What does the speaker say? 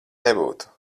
nebūtu